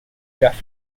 jeff